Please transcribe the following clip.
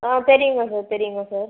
ஆ தெரியுங்க சார் தெரியுங்க சார்